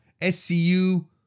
SCU